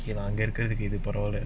okay lah that kind of give you on all that